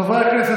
חברי הכנסת,